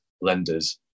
lenders